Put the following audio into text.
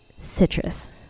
citrus